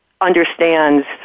understands